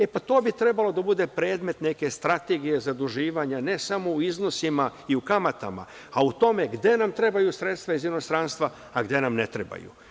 E, pa to bi trebalo da bude predmet neke strategije zaduživanja ne samo o iznosima i kamatama, i o tome gde nam trebaju sredstva iz inostranstva, a gde nam ne trebaju.